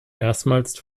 erstmals